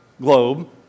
Globe